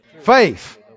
Faith